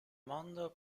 mondo